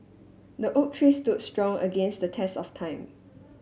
the oak tree stood strong against the test of time